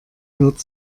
hört